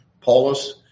Paulus